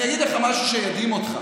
אני אגיד לך משהו שידהים אותך,